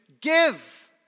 give